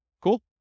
Cool